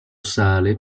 sale